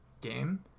game